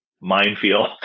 minefield